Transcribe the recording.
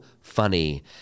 funny